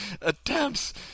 attempts